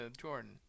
Jordan